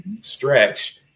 stretch